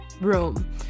room